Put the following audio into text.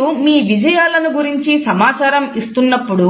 మీరు మీ విజయాలను గురించి సమాచారం ఇస్తున్నప్పుడు